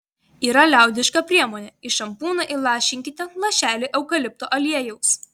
yra liaudiška priemonė į šampūną įlašinkite lašelį eukalipto aliejaus